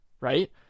right